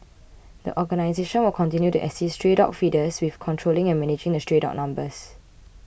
the organisation will continue to assist stray dog feeders with controlling and managing the stray dog numbers